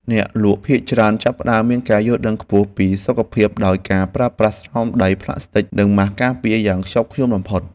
អ្នកលក់ភាគច្រើនចាប់ផ្ដើមមានការយល់ដឹងខ្ពស់ពីសុខភាពដោយការប្រើប្រាស់ស្រោមដៃប្លាស្ទិចនិងម៉ាសការពារយ៉ាងខ្ជាប់ខ្ជួនបំផុត។